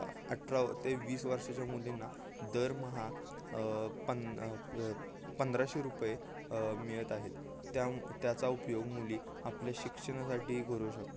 अठरा ते वीस वर्षाच्या मुलींना दरमहा पन पंधराशे रुपये मिळत आहेत त्या त्याचा उपयोग मुली आपल्या शिक्षणासाठी करू शकतात